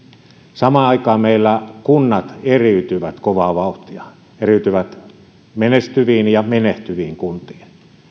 samaan aikaan meillä kunnat eriytyvät kovaa vauhtia eriytyvät menestyviin ja menehtyviin kuntiin